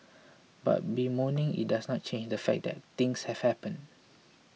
but bemoaning it doesn't change the fact that things have happened